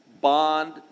bond